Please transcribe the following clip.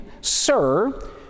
Sir